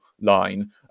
line